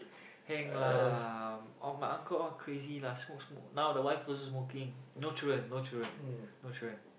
heng lah of my uncle all crazy lah smoke smoke now the wife also smoking no children no children no children